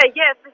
yes